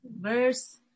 verse